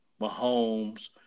Mahomes